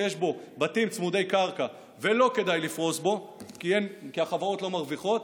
שיש בו בתים צמודי קרקע ולא כדאי לפרוס בו כי החברות לא מרוויחות,